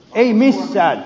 ei missään